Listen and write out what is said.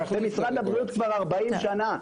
במשרד הבריאות כבר ארבעים שנה?